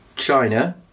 China